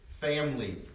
family